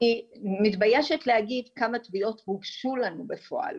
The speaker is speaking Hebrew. אני מתביישת להגיד כמה תביעות הוגשו לנו בפועל,